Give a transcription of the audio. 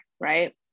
right